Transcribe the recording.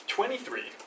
Twenty-three